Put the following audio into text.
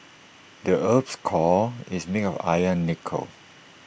the Earth's core is made of iron and nickel